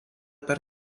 per